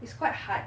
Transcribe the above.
is quite hard